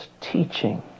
teaching